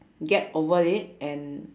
get over it and